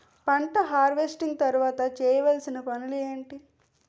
పంట హార్వెస్టింగ్ తర్వాత చేయవలసిన పనులు ఏంటి?